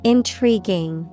Intriguing